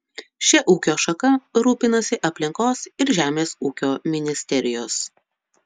šia ūkio šaka rūpinasi aplinkos ir žemės ūkio ministerijos